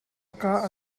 kah